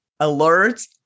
alerts